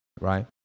right